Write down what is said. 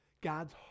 God's